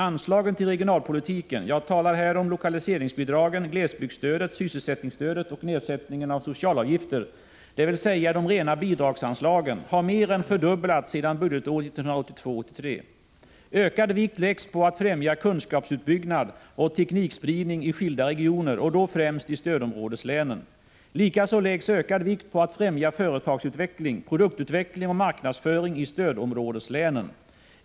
Anslagen till regionalpolitiken — jag talar här om lokaliseringsbidragen, glesbygdsstödet, sysselsättningsstödet och nedsättningen av socialavgifter, dvs. de rena bidragsanslagen — har mer än fördubblats sedan budgetåret 1982/83. Ökad vikt läggs på att främja kunskapsuppbyggnad och teknikspridning i skilda regioner och då främst i stödområdeslänen. Likaså läggs ökad vikt på att främja företagsutveckling, produktutveckling och marknadsföring i stödområdeslänen.